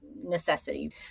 necessity